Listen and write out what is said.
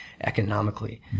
economically